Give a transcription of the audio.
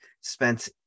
spent